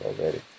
already